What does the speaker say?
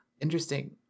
interesting